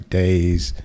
days